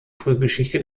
frühgeschichte